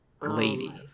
Lady